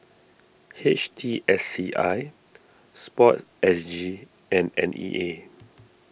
H T S C I Sport S G and N E A